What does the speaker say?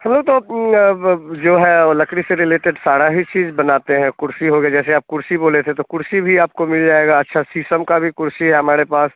फूल तो अब अब जो है वह लकड़ी से रिलेटेड सारी ही चीज़ें बनाते हैं कुर्सी हो गई जैसे आप कुर्सी बोले थे तो कुर्सी भी आपको मिल जाएगी अच्छी शीशम की भी कुर्सी है हमारे पास